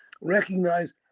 recognize